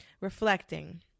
reflecting